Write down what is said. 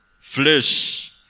flesh